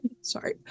sorry